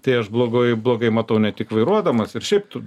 tai aš blogoj blogai matau ne tik vairuodamas ir šiaip tu